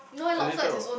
a little